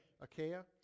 Achaia